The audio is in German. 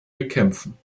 bekämpfen